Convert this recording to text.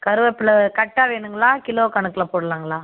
கருவேப்பிலை கட்டாக வேணுங்களா கிலோ கணக்கில் போடுலாங்களா